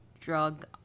drug